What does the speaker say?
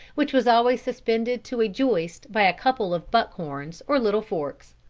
which was always suspended to a joist by a couple of buck-horns or little forks.